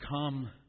come